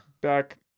Back